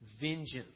vengeance